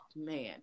man